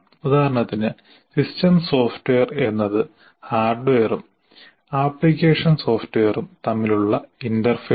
ഉദാഹരണത്തിന് "system software എന്നത് ഹാർഡ്വെയറും ആപ്ലിക്കേഷൻ സോഫ്റ്റ്വെയറും തമ്മിലുള്ള ഇന്റർഫേസാണ്